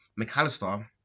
McAllister